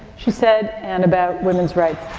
she said, and about women's rights.